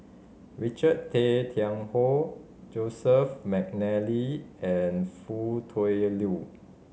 Richard Tay Tian Hoe Joseph McNally and Foo Tui Liew